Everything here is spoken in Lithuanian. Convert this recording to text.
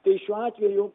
tai šiuo atveju